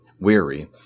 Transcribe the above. weary